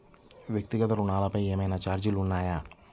వ్యక్తిగత ఋణాలపై ఏవైనా ఛార్జీలు ఉన్నాయా?